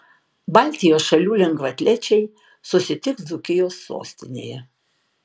baltijos šalių lengvaatlečiai susitiks dzūkijos sostinėje